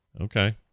Okay